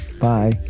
Bye